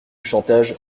chantage